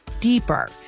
deeper